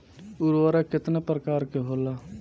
उर्वरक केतना प्रकार के होला?